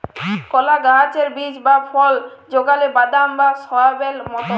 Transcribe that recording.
কলা গাহাচের বীজ বা ফল যেগলা বাদাম বা সয়াবেল মতল